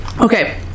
Okay